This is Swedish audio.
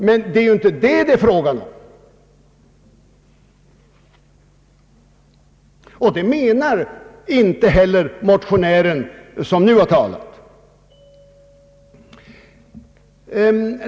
Men det är inte detta frågan gäller — och det menar inte heller motionären som nu har talat.